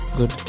Good